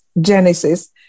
Genesis